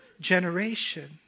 generation